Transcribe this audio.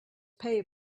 pay